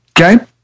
Okay